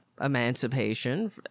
emancipation